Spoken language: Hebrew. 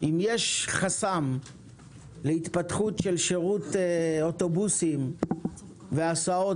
אם יש חסם להתפתחות של שירות אוטובוסים והסעות